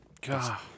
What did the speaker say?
God